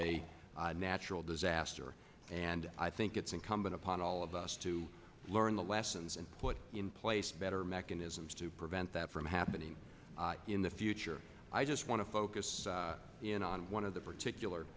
a natural disaster and i think it's incumbent upon all of us to learn the lessons and put in place better mechanisms to prevent that from happening in the future i just want to focus in on one of the particular